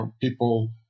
People